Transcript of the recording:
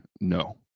no